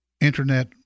internet